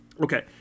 Okay